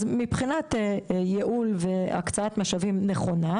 אז מבחינת ייעול והקצאת משאבים נכונה,